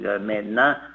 maintenant